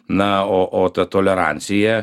na o o ta tolerancija